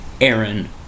Aaron